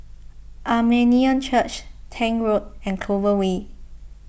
Armenian Church Tank Road and Clover Way